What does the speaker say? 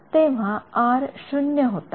तर तेव्हा R शून्य होता